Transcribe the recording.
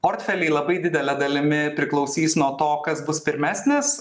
portfeliai labai didele dalimi priklausys nuo to kas bus pirmesnis